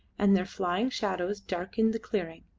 and their flying shadows darkened the clearing.